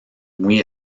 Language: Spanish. muy